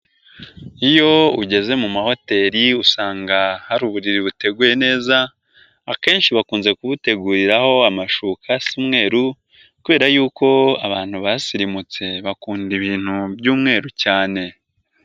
Iyo ugeze mu mahoteli usanga hari uburiri buteguye neza, akenshi bakunze kubuteguriraho amashuka asa umweru kubera yuko abantu basirimutse bakunda ibintu by'umweru cyane.